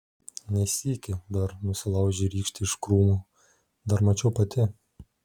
ne sykį dar nusilaužei rykštę iš krūmų dar mačiau pati